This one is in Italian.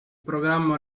programma